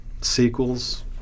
sequels